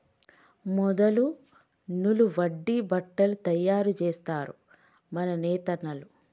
మొదలు నూలు వడికి బట్టలు తయారు జేస్తరు మన నేతన్నలు